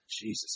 Jesus